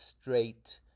straight